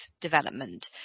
development